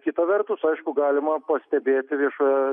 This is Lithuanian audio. kita vertus aišku galima pastebėti viešoje